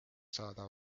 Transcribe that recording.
saada